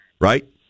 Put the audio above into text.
right